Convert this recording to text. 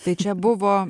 tai čia buvo